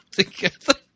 together